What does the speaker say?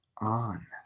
on